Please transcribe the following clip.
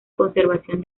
conservación